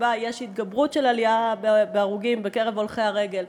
שבהן יש התגברות ועלייה במספר ההרוגים בקרב הולכי הרגל,